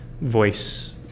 voice